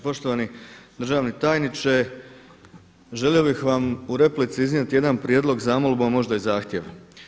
Poštovani državni tajniče, želio bih vam u replici iznijeti jedan prijedlog zamolba a možda i zahtjev.